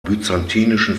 byzantinischen